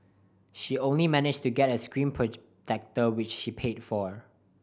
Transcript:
she only managed to get a screen protector which she paid for